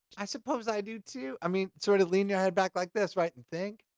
i suppose i do, too. i mean, sort of lean your head back like this, right? and think.